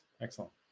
Excellent